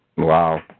Wow